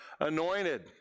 anointed